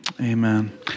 amen